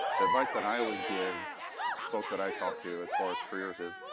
the advice that i always give folks that i talk to as far as careers is,